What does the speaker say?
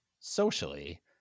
socially